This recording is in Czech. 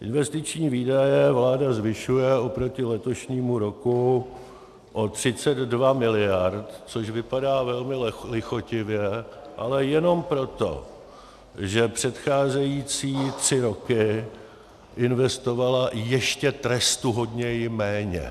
Investiční výdaje vláda zvyšuje oproti letošnímu roku o 32 mld., což vypadá velmi lichotivě, ale jenom proto, že předcházející tři roky investovala ještě trestuhodněji méně.